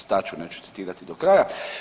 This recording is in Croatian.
Stat ću, neću citirati do kraja.